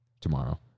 Tomorrow